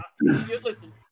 listen